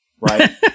right